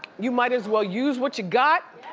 you might as well use what you got